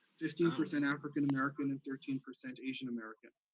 fifteen percent african american, and thirteen percent asian american.